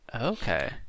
Okay